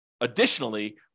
additionally